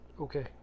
Okay